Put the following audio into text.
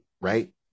right